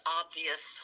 obvious